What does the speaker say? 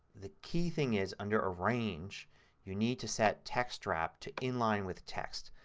the key thing is under arrange you need to set text draft to inline with text.